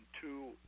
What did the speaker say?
two